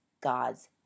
God's